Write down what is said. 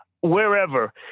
wherever